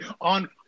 on